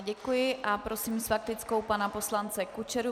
Děkuji a prosím s faktickou pana poslance Kučeru.